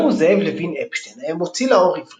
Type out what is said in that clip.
אליהו זאב לוין אפשטיין היה מו"ל עברי,